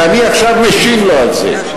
ועכשיו אני משיב לו על זה.